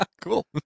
Cool